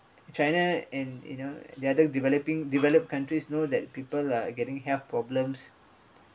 china and you know the other developing developed countries know that people are getting health problems